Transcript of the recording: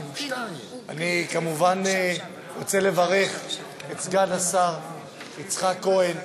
אני כמובן רוצה לברך את סגן השר יצחק כהן,